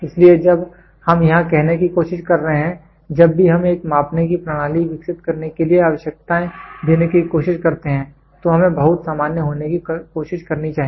इसलिए जब हम यहां कहने की कोशिश कर रहे हैं जब भी हम एक मापने की प्रणाली विकसित करने के लिए आवश्यकताएं देने की कोशिश करते हैं तो हमें बहुत सामान्य होने की कोशिश करनी चाहिए